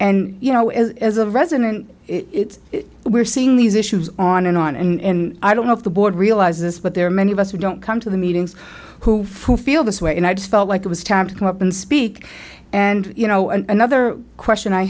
and you know as a resident we're seeing these issues on and on in i don't know if the board realizes but there are many of us who don't come to the meetings who feel this way and i just felt like it was time to come up and speak and you know another question i